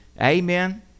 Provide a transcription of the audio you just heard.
Amen